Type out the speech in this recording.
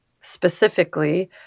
specifically